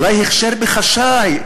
אולי הכשר בחשאי,